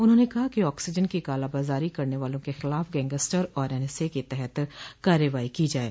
उन्होंने कहा कि ऑक्सीजन की कालाबाजारी करने वालों के खिलाफ गैंगस्टर और एनएसए के तहत कार्रवाई की जाये